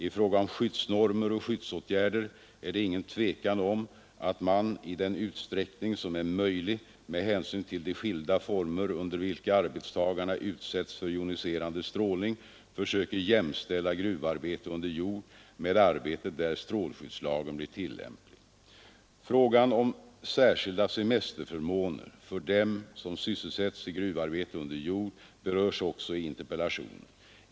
I fråga om skyddsnormer och skyddsåtgärder är det ingen tvekan om att man — i den utsträckning som är möjlig med hänsyn till de skilda former under vilka arbetstagarna utsätts för joniserande strålning — försöker jämställa gruvarbete under jord med arbete där strålskyddslagen blir tillämplig. Frågan om särskilda semesterförmåner för dem som sysselsätts i gruvarbete under jord berörs också i interpellationen.